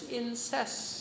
incest